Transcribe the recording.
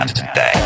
today